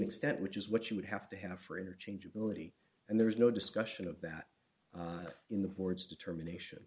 extent which is what you would have to have for interchangeability and there is no discussion of that in the board's determination